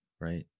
right